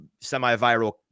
semi-viral